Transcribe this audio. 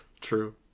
True